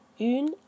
Une